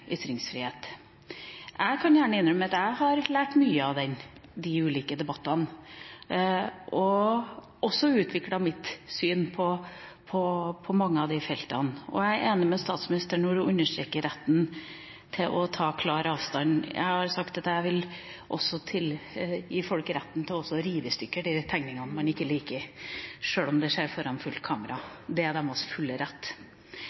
ytringsfrihet. Jeg kan gjerne innrømme at jeg har lært mye av de ulike debattene, og har også utviklet mitt syn på mange av disse feltene, og jeg er enig med statsministeren når hun understreker retten til å ta klar avstand. Jeg har sagt at jeg vil også gi folk rett til å rive i stykker de tegningene de ikke liker, sjøl om det skjer foran åpent kamera. Det er deres fulle rett.